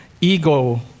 ego